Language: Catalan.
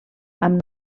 amb